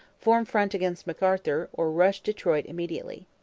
form front against mcarthur, or rush detroit immediately.